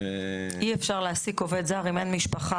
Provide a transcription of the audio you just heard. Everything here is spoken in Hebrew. אי אפשר להעסיק עובד זר אם אין משפחה.